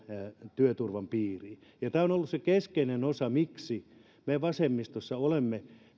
työturvan piiriin tämä on ollut se keskeinen osa miksi me vasemmistossa olemme